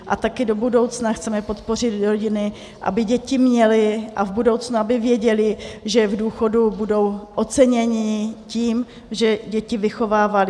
A taky do budoucna chceme podpořit rodiny, aby děti měly a v budoucnu aby věděli, že v důchodu budou oceněni tím, že děti vychovávali.